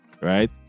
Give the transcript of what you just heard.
right